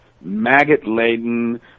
maggot-laden